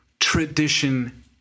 Tradition